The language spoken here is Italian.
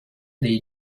dei